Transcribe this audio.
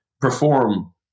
perform